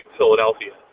Philadelphia